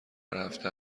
هفته